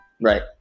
Right